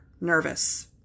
nervous